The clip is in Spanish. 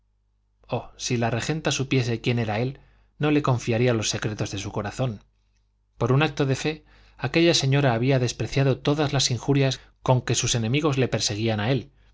si la regenta supiese quién era él no le confiaría los secretos de su corazón por un acto de fe aquella señora había despreciado todas las injurias con que sus enemigos le perseguían a él